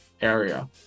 area